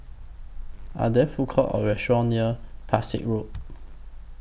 Are There Food Courts Or restaurants near Pesek Road